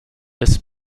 this